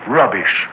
rubbish